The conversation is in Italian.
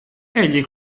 egli